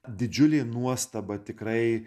didžiulė nuostaba tikrai